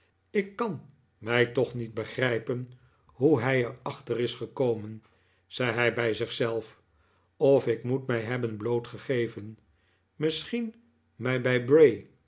ik kan mij toch niet begrijpen hoe hij er achter is gekomen zei hij bij zich zelf of ik moet mij hebben bloot gegeven misschien mij bij bray